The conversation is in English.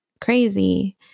crazy